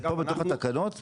זה פה בתוך התקנות?